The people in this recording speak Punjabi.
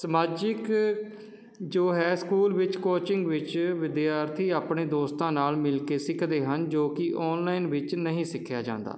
ਸਮਾਜਿਕ ਜੋ ਹੈ ਸਕੂਲ ਵਿੱਚ ਕੋਚਿੰਗ ਵਿੱਚ ਵਿਦਿਆਰਥੀ ਆਪਣੇ ਦੋਸਤਾਂ ਨਾਲ ਮਿਲ ਕੇ ਸਿਖਦੇ ਹਨ ਜੋ ਕਿ ਆਨਲਾਈਨ ਵਿੱਚ ਨਹੀਂ ਸਿੱਖਿਆ ਜਾਂਦਾ